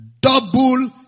Double